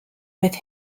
with